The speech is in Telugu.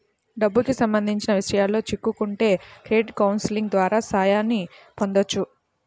డబ్బుకి సంబంధించిన విషయాల్లో చిక్కుకుంటే క్రెడిట్ కౌన్సిలింగ్ ద్వారా సాయాన్ని పొందొచ్చు